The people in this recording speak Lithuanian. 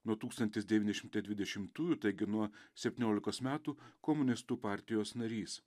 nuo tūkstantis devyni šimtai dvidešimtųjų taigi nuo septynioikos metų komunistų partijos narys